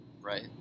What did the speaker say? right